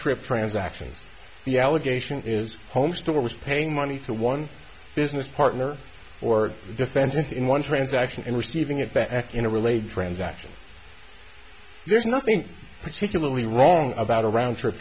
trip transactions the allegation is home store was paying money to one business partner or defendant in one transaction and receiving it back in a related transaction there's nothing particularly wrong about a round trip